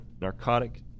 narcotic